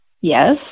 Yes